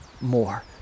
more